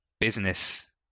business